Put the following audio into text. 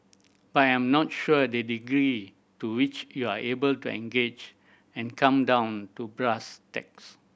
but I am not sure the degree to which you are able to engage and come down to brass tacks